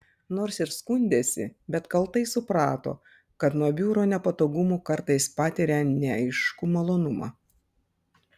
nors ir skundėsi bet kaltai suprato kad nuo biuro nepatogumų kartais patiria neaiškų malonumą